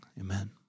amen